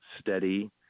steady